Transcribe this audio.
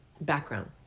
background